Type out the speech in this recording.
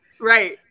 right